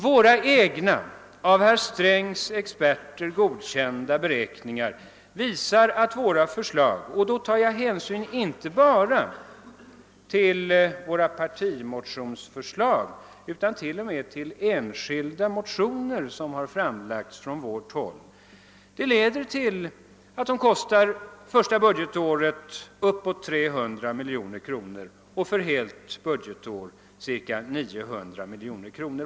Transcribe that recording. Våra egna, av herr Strängs experter godkända beräkningar visar att våra förslag — och då tar jag hänsyn inte bara till förslagen i våra partimotioner utan t.o.m. till enskilda motioner: som har framlagts från vårt håll — leder till kostnader första budgetåret på uppemot 300 miljoner kronor och för helt budgetår cirka 900 miljoner kronor.